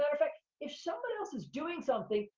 but fact, if someone else is doing something,